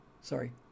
sorry